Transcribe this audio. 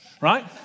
right